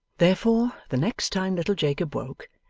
therefore, the next time little jacob woke,